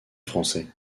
français